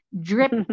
drip